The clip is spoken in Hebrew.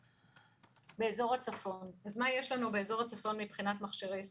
באזור הצפון מבחינת מכשירי CT,